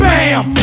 Bam